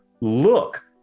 Look